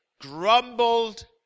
grumbled